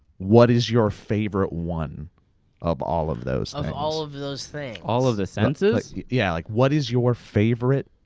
what is your favorite one of all of those things? of all of those things. all of the senses? yeah, like what is your favorite.